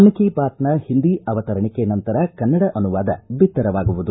ಮನ್ ಕಿ ಬಾತ್ನ ಹಿಂದಿ ಅವತರಣಿಕೆ ನಂತರ ಕನ್ನಡ ಅನುವಾದ ಬಿತ್ತರವಾಗುವುದು